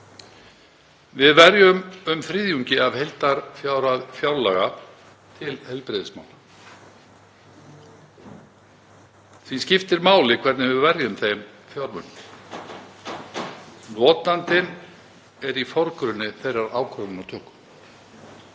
Við verjum um þriðjungi af heildarfjárhæð fjárlaga til heilbrigðismála. Því skiptir máli hvernig við verjum þeim fjármunum. Notandinn er í forgrunni þeirrar ákvörðunartöku.